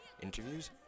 interviews